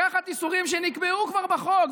לקחת איסורים שנקבעו כבר בחוק.